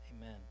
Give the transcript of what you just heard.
Amen